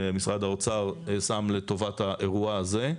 שמשרד האוצר שם לטובת האירוע הזה,